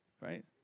Right